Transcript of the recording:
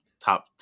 top